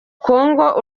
kongo